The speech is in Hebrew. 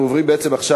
אנחנו עוברים עכשיו,